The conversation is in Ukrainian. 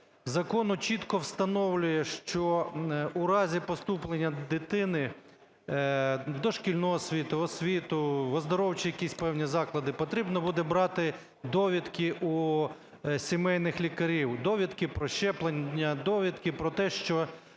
закону чітко встановлює, що у разі поступлення дитини в дошкільну освіту, в освіту, в оздоровчі якісь певні заклади потрібно буде брати довідки у сімейних лікарів. Довідки про щеплення, довідки про те, що